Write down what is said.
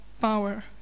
power